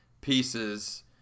pieces